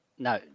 No